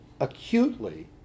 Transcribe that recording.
acutely